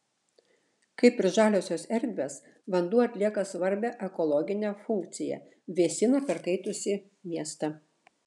kaip ir žaliosios erdvės vanduo atlieka svarbią ekologinę funkciją vėsina perkaitusį miestą